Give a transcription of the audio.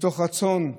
מתוך רצון,